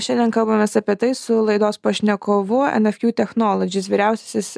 šiandien kalbamės apie tai su laidos pašnekovu nfq technologies vyriausiasis